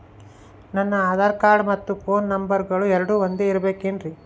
ನನ್ನ ಆಧಾರ್ ಕಾರ್ಡ್ ಮತ್ತ ಪೋನ್ ನಂಬರಗಳು ಎರಡು ಒಂದೆ ಇರಬೇಕಿನ್ರಿ?